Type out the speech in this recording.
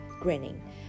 grinning